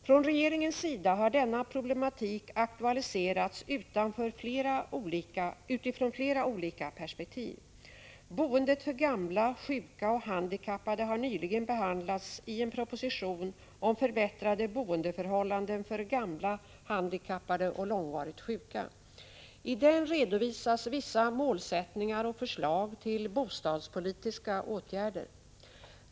Från regeringens sida har denna problematik aktualiserats utifrån flera olika perspektiv. Boendet för gamla, sjuka och handikappade har nyligen behandlats i en proposition om förbättrade boendeförhållanden för gamla, handikappade och långvarigt sjuka. I den redovisas vissa målsättningar och förslag till bostadspolitiska åtgärder.